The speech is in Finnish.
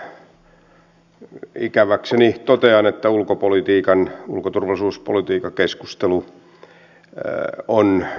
mutta se on myös todettava että maailmasta ei ole raha kadonnut mihinkään